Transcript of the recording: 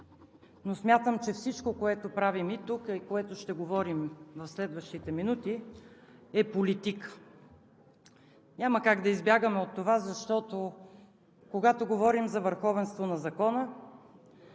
но смятам, че всичко, което правим и тук, и което ще говорим в следващите минути, е политика. Няма как да избягаме от това, защото когато говорим за върховенство на закона,